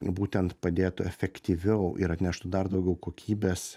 būtent padėtų efektyviau ir atneštų dar daugiau kokybės